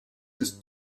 des